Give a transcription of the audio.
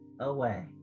away